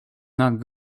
not